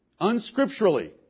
unscripturally